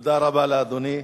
תודה רבה לאדוני.